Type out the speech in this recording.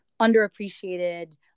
underappreciated